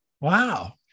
Wow